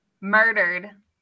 Murdered